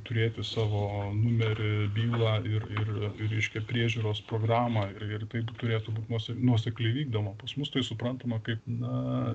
turėti savo numerį bylą ir ir reiškia priežiūros programą ir ir tai turėtų būt nuos nuosekli vykdoma pas mus tai suprantama kaip na